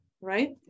right